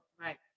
Right